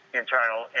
internal